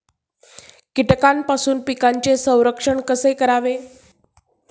कीटकांपासून पिकांचे संरक्षण कसे करावे?